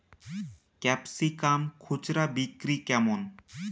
Capsicum খুচরা বিক্রি কেমন?